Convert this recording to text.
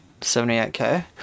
78k